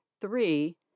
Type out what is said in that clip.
Three